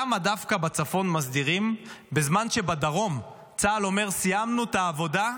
למה דווקא בצפון מסדירים בזמן שבדרום צה"ל אומר: סיימנו את העבודה,